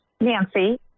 nancy